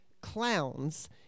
clowns